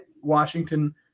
Washington